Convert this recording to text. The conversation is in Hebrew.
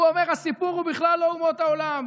הוא אומר: הסיפור הוא בכלל לא אומות העולם,